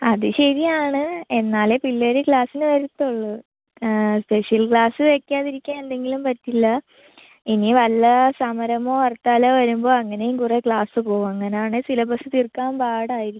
അത് ശരിയാണ് എന്നാലെ പിള്ളേർ ക്ലാസിന് വരത്തൊള്ളു സ്പെഷ്യൽ ക്ലാസ്സ് വയ്ക്കാതിരിക്കാൻ എന്തെങ്കിലും പറ്റില്ല ഇനി വല്ല സമരമോ ഹർത്താലോ വരുമ്പം അങ്ങനേയും കുറെ ക്ലാസ്സ് പോവും അങ്ങനെയാണെങ്കിൽ സിലബസ്സ് തീർക്കാൻ പാടായിരിക്കും